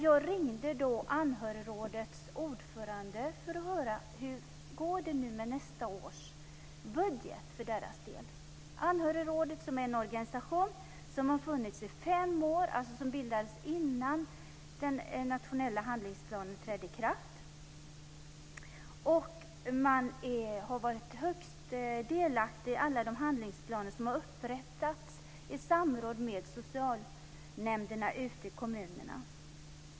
Jag ringde dock Anhörigrådets ordförande för att höra hur det går med nästa års budget för deras del. Anhörigrådet är en organisation som har funnits i fem år och som alltså bildades innan den nationella handlingsplanen trädde i kraft. Man har varit högst delaktig i alla de handlingsplaner som har upprättats i samråd med socialnämnderna ute i kommunerna.